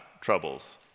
troubles